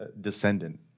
descendant